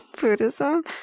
Buddhism